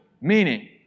Meaning